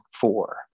four